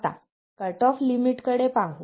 आता cut off limit कडे पाहू